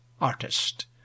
artist